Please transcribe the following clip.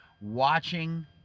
watching